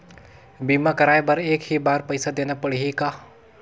बीमा कराय बर एक ही बार पईसा देना पड़ही का?